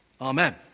Amen